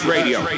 Radio